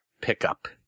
pickup